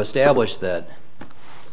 establish that